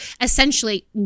essentially